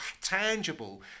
tangible